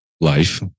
life